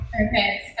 Okay